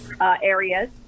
areas